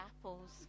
apples